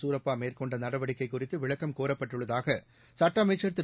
சூரப்பா மேற்கொண்ட நடவடிக்கை குறித்து விளக்கம் கோரப்பட்டுள்ளதாக சுட்ட அமைச்சர் திரு